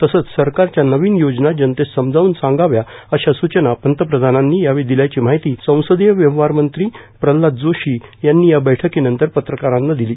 तसंच सरकारच्या नवीन योजना जनतेस समजावून सांगाव्या अश्या स्चना पंतप्रधानांनी यावेळी दिल्याची माहिती संसदीय व्यवहार मंत्री प्रल्हाद जोशी यांनी या बैठकीनंतर पत्रकाराना दिली